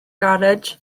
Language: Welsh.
garej